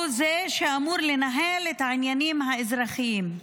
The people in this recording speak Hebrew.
הוא זה שאמור לנהל את העניינים האזרחיים.